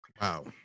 Wow